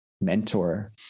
mentor